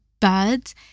birds